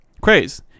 Craze